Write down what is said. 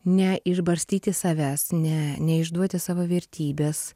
neišbarstyti savęs ne neišduoti savo vertybes